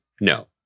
no